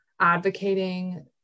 advocating